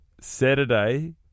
Saturday